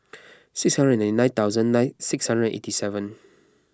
six hundred and ninety thousand nine six hundred and eighty seven